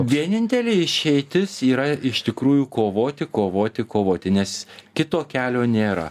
vienintelė išeitis yra iš tikrųjų kovoti kovoti kovoti nes kito kelio nėra